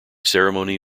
ceremony